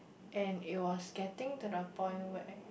and it was getting to the point where